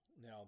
Now